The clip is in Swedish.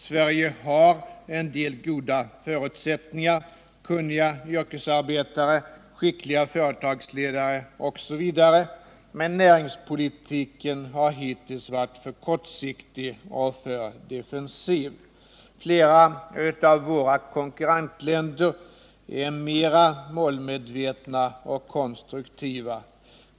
Sverige har en del goda förutsättningar: kunniga yrkesarbetare, skickliga företagsledare osv., men näringspolitiken har hittills varit för kortsiktig och för defensiv. Flera av våra konkurrentländer är mera målmedvetna och konstruktiva.